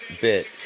bit